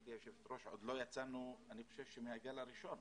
גברתי היושבת-ראש, שעוד לא יצאנו מהגל הראשון.